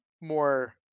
more